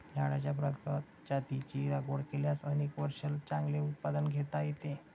झाडांच्या प्रगत जातींची लागवड केल्यास अनेक वर्षे चांगले उत्पादन घेता येते